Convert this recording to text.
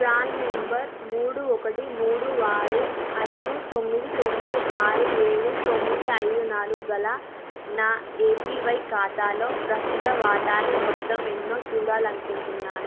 PRAN number మూడు ఒకటి మూడు ఆరు ఐదు తొమ్మిది తొమ్మిది ఆరు ఏడు తొమ్మిది ఐదు నాలుగు గల నా ఏపీవై ఖాతాలో ప్రస్తుత వాటాలు మొత్తం ఎన్నో చూడాలని అనుకుంటున్నాను